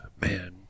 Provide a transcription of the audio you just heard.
man